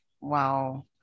Wow